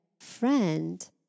friend